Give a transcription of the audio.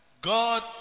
God